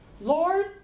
Lord